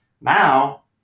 now